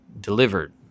delivered